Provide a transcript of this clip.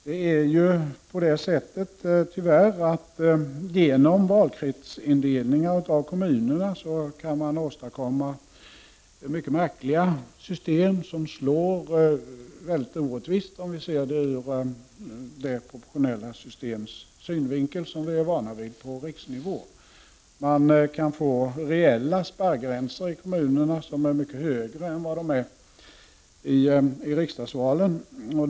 Det är tyvärr så att man genom valkretsindelningar av kommunerna kan åstadkomma mycket märkliga system, som slår mycket orättvist i förhållande till det proportionella systemet som vi är vana vid på riksnivå. Man kan få reella spärrgränser i kommunerna som är mycket högre än i riksdagsvalen.